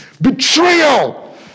betrayal